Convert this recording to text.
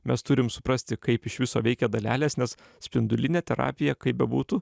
mes turim suprasti kaip iš viso veikia dalelės nes spindulinė terapija kaip bebūtų